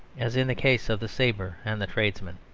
as in the case of the sabre and the tradesman.